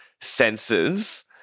senses